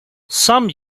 some